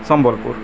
Sambalpur